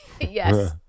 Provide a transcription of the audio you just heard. Yes